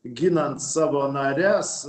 ginant savo nares